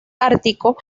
ártico